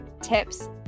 Tips